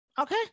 Okay